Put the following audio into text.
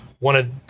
wanted